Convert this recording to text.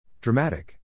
Dramatic